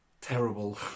terrible